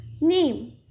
name